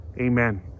Amen